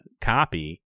copy